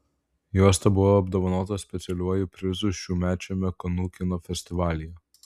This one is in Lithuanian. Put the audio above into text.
juosta buvo apdovanota specialiuoju prizu šiųmečiame kanų kino festivalyje